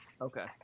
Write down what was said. okay